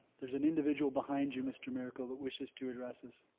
there's an individual behind you mr. miracle that wishes to address us.